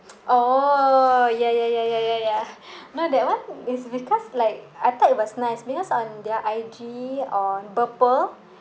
oh ya ya ya ya ya ya but that one is because like I thought it was nice because on their I_G on Burpple